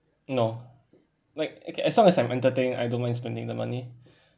no like okay as long as I'm entertaining I don't mind spending the money